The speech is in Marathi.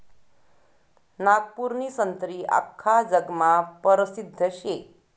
नागपूरनी संत्री आख्खा जगमा परसिद्ध शे